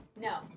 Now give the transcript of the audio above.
No